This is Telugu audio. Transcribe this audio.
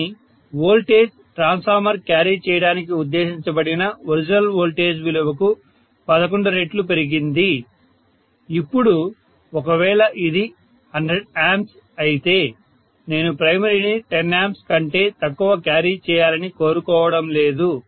కాని వోల్టేజ్ ట్రాన్స్ఫార్మర్ క్యారీ చేయడానికి ఉద్దేశించబడిన ఒరిజినల్ వోల్టేజ్ విలువకు 11 రెట్లు పెరిగింది ఇప్పుడు ఒక వేళ ఇది 100A అయితే నేను ప్రైమరీ ని 10A కంటే ఎక్కువ క్యారీ చేయాలని కోరుకోవడం లేదు